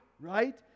Right